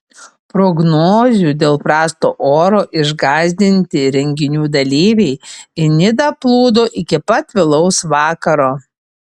prognozių dėl prasto oro išgąsdinti renginių dalyviai į nidą plūdo iki pat vėlaus vakaro